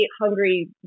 hungry